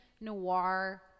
noir